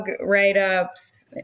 write-ups